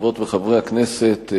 חברות וחברי הכנסת,